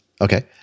okay